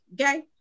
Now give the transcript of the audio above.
Okay